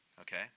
okay